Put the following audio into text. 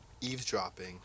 eavesdropping